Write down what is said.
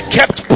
kept